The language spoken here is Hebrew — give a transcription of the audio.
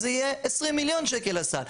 אז זה יהיה 20 מיליון שקל לסל.